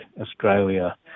Australia